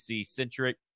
centric